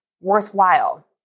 worthwhile